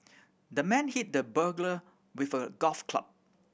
the man hit the burglar with a golf club